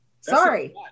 Sorry